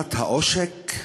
ירושת העושק?